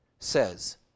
Says